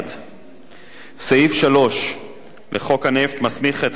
סעיף 3 לחוק הנפט מסמיך את השר שהממשלה